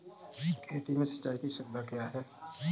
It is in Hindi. खेती में सिंचाई की सुविधा क्या है?